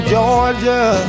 Georgia